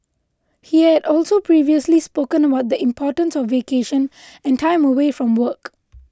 he had also previously spoken about the importance of vacation and time away from work